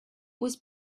was